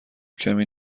کمی